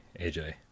AJ